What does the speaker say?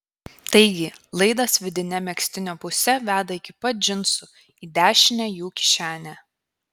taigi laidas vidine megztinio puse veda iki pat džinsų į dešinę jų kišenę